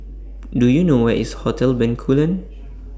Do YOU know Where IS Hotel Bencoolen